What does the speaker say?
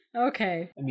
Okay